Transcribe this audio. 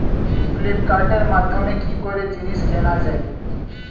ফ্লিপকার্টের মাধ্যমে কি করে জিনিস কেনা যায়?